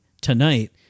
tonight